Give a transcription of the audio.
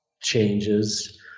changes